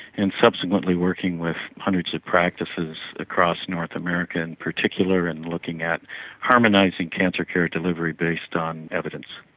and subsequently working with hundreds of practices across north america in particular and looking at harmonising cancer care delivery based on evidence.